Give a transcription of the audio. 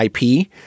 IP